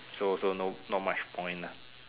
so so no not much point lah